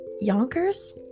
yonkers